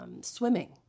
Swimming